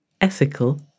ethical